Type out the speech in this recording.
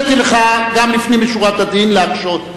אני הרשיתי לך גם לפנים משורת הדין להקשות.